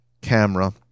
camera